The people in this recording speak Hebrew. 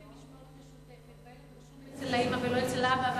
במשמורת משותפת והילדים רשומים אצל האמא ולא אצל האבא,